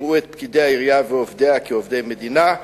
יראו את פקידי העירייה ועובדיה כעובדי מדינה.